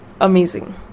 amazing